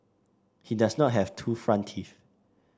he does not have two front teeth